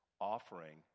offering